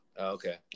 Okay